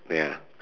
ya